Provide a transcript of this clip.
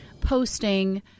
posting